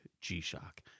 G-Shock